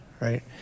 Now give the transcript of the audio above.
right